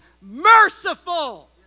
merciful